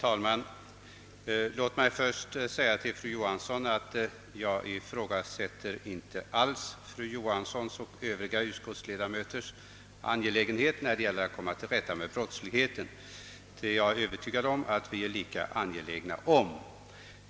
Herr talman! Jag ifrågasätter inte alls fru Johanssons och övriga utskottsledamöters vilja att komma till rätta med brottsligheten — jag är övertygad om att vi alla är lika angelägna därom.